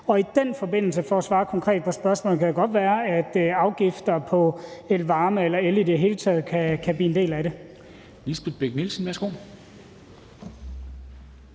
I den forbindelse, for at svare konkret på spørgsmålet, kan det godt være, at spørgsmålet om afgifter på elvarme eller el i det hele taget kan blive en del af det.